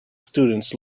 students